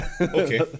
Okay